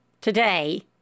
today